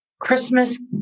Christmas